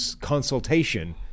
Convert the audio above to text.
consultation